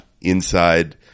inside